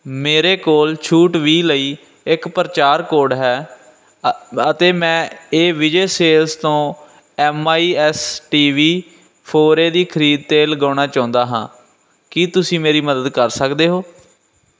ਮੇਰੇ ਕੋਲ ਛੂਟ ਵੀਹ ਲਈ ਇੱਕ ਪ੍ਰਚਾਰ ਕੋਡ ਹੈ ਅ ਅਤੇ ਮੈਂ ਇਹ ਵਿਜੇ ਸੇਲਜ਼ ਤੋਂ M I S T V four A ਦੀ ਖਰੀਦ 'ਤੇ ਲਗਾਉਣਾ ਚਾਹੁੰਦਾ ਹਾਂ ਕੀ ਤੁਸੀਂ ਮੇਰੀ ਮਦਦ ਕਰ ਸਕਦੇ ਹੋ